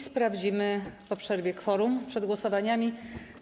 Sprawdzimy po przerwie kworum przed głosowaniami.